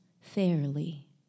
fairly